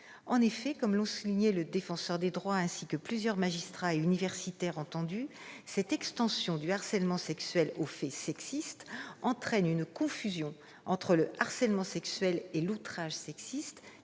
En effet, comme l'ont souligné le Défenseur des droits, des magistrats et des universitaires que nous avons entendus, cette extension du harcèlement sexuel aux faits sexistes entraîne une confusion entre le harcèlement sexuel et l'outrage sexiste,